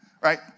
right